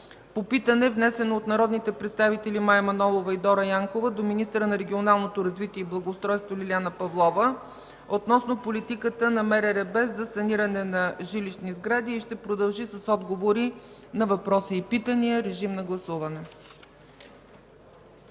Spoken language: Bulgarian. по питане, внесено от народните представители Мая Манолова и Дора Янкова до министъра на регионалното развитие и благоустройството Лиляна Павлова относно политиката на МРРБ за санирането на жилищни сгради и ще продължи с отговори на въпроси и питания. Режим на гласуване.